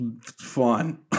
fun